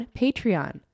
patreon